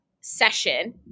session